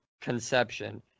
conception